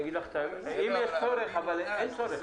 אם יש צורך, אבל אין צורך.